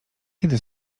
kiedy